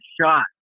shot